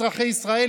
אזרחי ישראל,